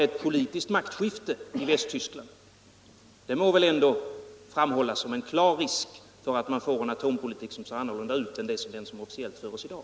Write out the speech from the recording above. Ett politiskt maktskifte i Västtyskland må väl ändå framhållas som en klar risk för att man där kommer att föra en annan atompolitik än den som förs i dag.